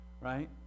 right